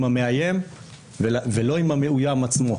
עם המאיים ולא עם המאוים עצמו,